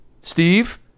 Steve